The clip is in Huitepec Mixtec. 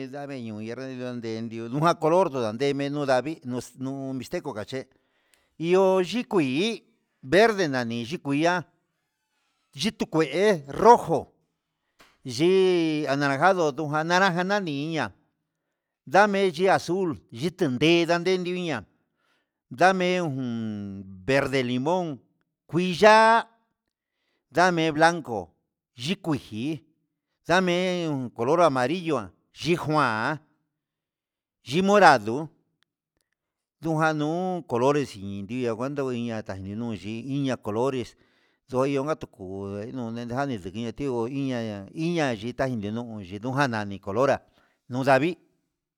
Edamen iho nayen kuande iho ndujan color ndundademe nuu, nuu ndavii mixteco kache, iho chikuii verde nani yuku ihá yukue'e rojo yii anaranjado tuu na naranja nani ihá ndame yii azul nditande ndamen ihá ndame ujun verde limón kui ya'a ndame blaco yikui jii ndame un color amarilloa yí juan yi morado ndunguan no color ndianguando ndiiña colores nduiña tutuku nduanija tu iña tutu iña iña yita ninuu ndenujan nani colores nuu ndavii.